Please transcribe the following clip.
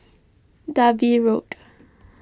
Dalvey Road